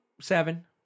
seven